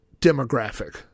demographic